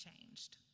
changed